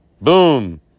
Boom